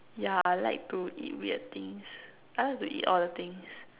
yeah I like to eat weird things I like to eat all the things